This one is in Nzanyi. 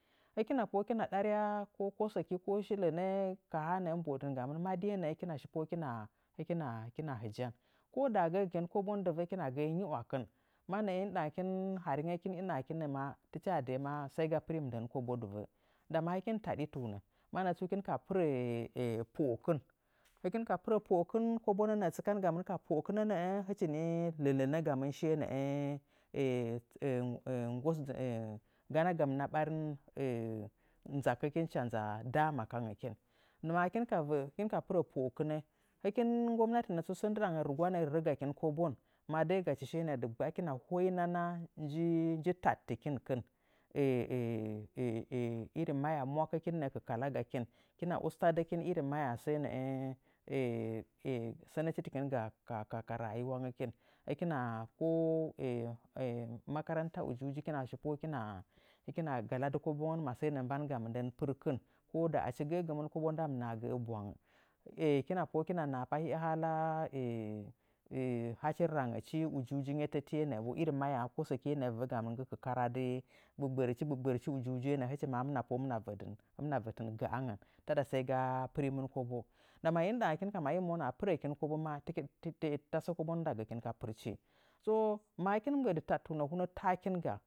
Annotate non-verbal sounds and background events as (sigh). Hɨkina pohaa hɨkina ɗarya ko kozaki ko shi lənə ka haa mbohadɨn gamɨ madiye na'a hɨkɨna shi pohaa hɨkina hɨjan. ko daa gaa gɨkin kobon diva hɨkina ga'a nyiwakin. Ma naa haringakin naa maa tɨchi waa daa sai ga pɨri mɨndan kobo dɨva ndama hɨkin taɗituuna. Manna tsu hɨkin, ka pɨra poɗkɨ hichi nii naa ləna gamɨn shiye naa (hesitation) nzakəkin (hesitation) hicha nza daama kangokin. Ndama hɨkin nggomnati na tsu sən ndɨɗangan rugwa naa rərə gakin kobon, ma dəa gachi hɨkina honana mi ta ɗɨɨkin kin. irin mahyaa səəə nəə sənə tɨkingo ka nauwangəkin hɨkina ko (hesitation) makaranta injiuji hɨkina (hesitation) hicha nza daama kangəkin. Ndama hɨkin nggomnati na tsu san ndɨɗangan rugwa naə mərə gakin kdoon, ma dəə gachi hikina hanana nji ta dɨkinkin irin mangaa mwakəkin nəə kalagakin, hɨkin usta gokini irin mahyaa səə naə sanatikin ga ka nayuwangakin hɨkina ko (hesitation) makaranta jinyi hɨkina (hesitation) ko hikima galaɗɨ kobongan masəə naa inɗanga mɨndən pirkin ko ɗo ci gəəgɨimin kobon, a ndamɨna gəə bwangagɨ, itɨikina pohəə hɨkina naha pa mahyaa kozokiye vəvə gamɨn ngti karatu gbəgbərəchi ujilya nyetəti hɨmɨna vadɨn (hesitation) gaangən. Taɗa sai ga pɨrimin kobo. Ndama, ndɨɗangakin kam a hii mɨ mona a pɨrakin kobo maa tɨ (hesitation) tasə kobo, ndagəkin ka pɨrchii ɗoma mɨ mbəəɗi mɨ taɗtuuna hunə taakinga